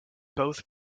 both